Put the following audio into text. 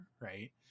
right